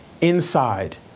inside